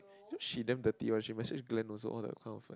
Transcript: you know she damn dirty one she message Glen also all that kind of